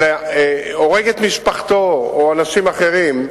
אלא הורג את משפחתו או אנשים אחרים,